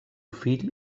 fill